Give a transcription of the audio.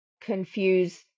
confuse